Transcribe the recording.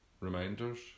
reminders